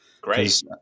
great